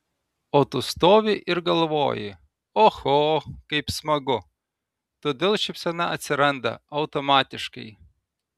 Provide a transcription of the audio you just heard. o tu stovi ir galvoji oho kaip smagu todėl šypsena atsiranda automatiškai